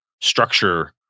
structure